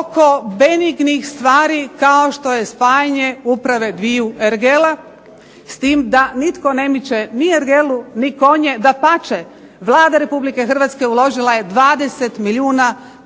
Oko benignih stvari kao što je spajanje uprave dviju ergela, s tim da nitko ne miče ni ergelu ni konje. Dapače, Vlada Republike Hrvatske uložila je 20 milijun